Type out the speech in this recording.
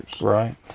right